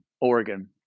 Oregon